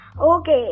Okay